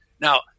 Now